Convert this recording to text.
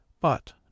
But